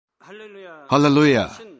Hallelujah